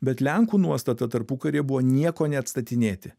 bet lenkų nuostata tarpukaryje buvo nieko neatstatinėti